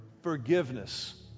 forgiveness